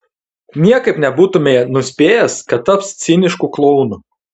niekaip nebūtumei nuspėjęs kad taps cinišku klounu